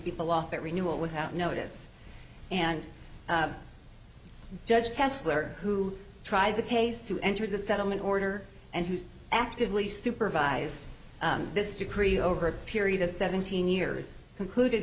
people off that renewal without notice and judge kessler who tried the case to enter the settlement order and whose actively supervised this decree over a period of seventeen years concluded